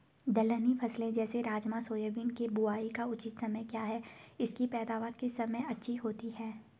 दलहनी फसलें जैसे राजमा सोयाबीन के बुआई का उचित समय क्या है इसकी पैदावार किस समय अच्छी होती है?